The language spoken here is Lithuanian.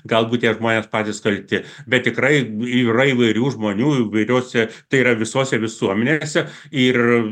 galbūt tie žmonės patys kalti bet tikrai yra įvairių žmonių įvairiose tai yra visose visuomenėse ir